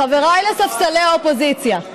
חבריי לספסלי האופוזיציה,